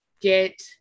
get